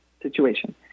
situation